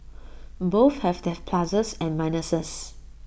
both have their pluses and minuses